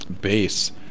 base